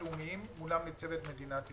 הלאומיים מולם ניצבת מדינת ישראל.